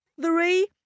three